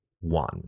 one